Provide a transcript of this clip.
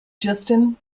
justin